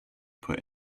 put